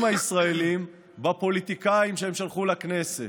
הישראלים בפוליטיקאים שהם שלחו לכנסת.